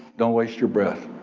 don't waste your breath,